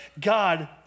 God